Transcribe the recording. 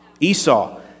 Esau